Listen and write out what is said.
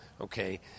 Okay